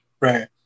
Right